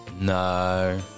No